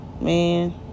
Man